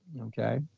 Okay